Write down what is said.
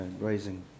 raising